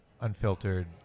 unfiltered